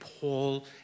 Paul